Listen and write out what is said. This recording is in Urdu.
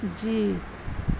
جی